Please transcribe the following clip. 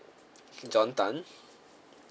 john tan